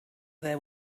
there